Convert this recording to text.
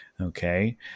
Okay